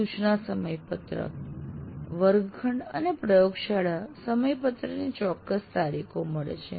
સૂચનાનું સમયપત્રક વર્ગખંડ અને પ્રયોગશાળા સમયપત્રકથી ચોક્કસ તારીખો મળે છે